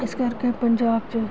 ਇਸ ਕਰਕੇ ਪੰਜਾਬ 'ਚ